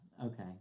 Okay